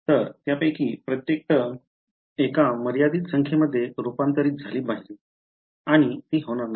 तर त्यापैकी प्रत्येक टर्म एका मर्यादित संख्येमध्ये रूपांतरित झाली पाहिजे आणि ती होणार नाही